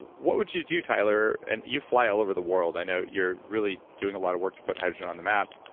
what would you do, tyler, and you fly all over the world. i know you're really doing a lot of work to put hydrogen on the map.